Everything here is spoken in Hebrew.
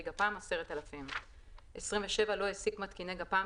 גפ"מ 10,000; (27) לא העסיק מתקיני גפ"מ,